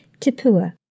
Tipua